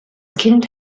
kind